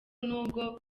n’ubwo